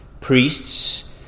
priests